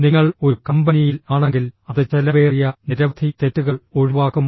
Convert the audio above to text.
നിങ്ങൾ ഒരു കമ്പനിയിൽ ആണെങ്കിൽ അത് ചെലവേറിയ നിരവധി തെറ്റുകൾ ഒഴിവാക്കും